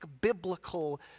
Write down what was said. biblical